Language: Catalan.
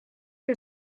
que